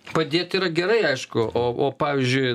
padėt yra gerai aišku o o pavyzdžiui